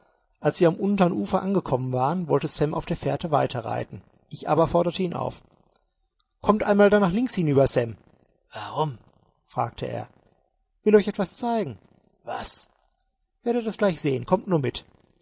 als wir am andern ufer angekommen waren wollte sam auf der fährte weiterreiten ich aber forderte ihn auf kommt einmal da nach links hinüber sam warum fragte er will euch etwas zeigen was werdet es gleich sehen kommt nur mit